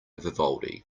vivaldi